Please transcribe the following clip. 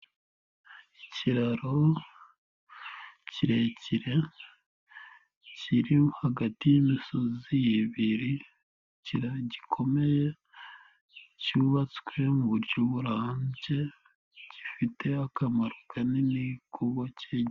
Ikiraro kirekire, kiri hagati y'imisozi ibiri, gikomeye cyubatswe mu buryo burambye, gifite akamaro kanini kubo kege.